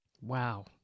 Wow